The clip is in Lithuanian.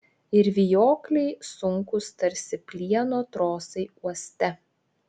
ir vijokliai sunkūs tarsi plieno trosai uoste